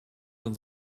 uns